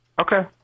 okay